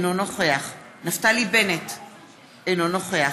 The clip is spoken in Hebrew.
אינו נוכח